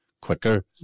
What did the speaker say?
quicker